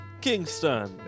Kingston